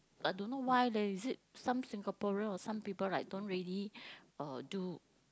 but don't know why leh is it some Singaporean or some people like don't really uh do